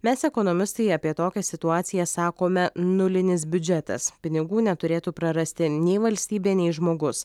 mes ekonomistai apie tokią situaciją sakome nulinis biudžetas pinigų neturėtų prarasti nei valstybė nei žmogus